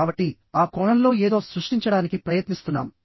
కాబట్టి ఆ కోణంలో మనం ఏదో సృష్టించడానికి ప్రయత్నిస్తున్నాం